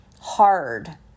hard